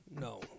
No